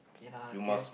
okay lah can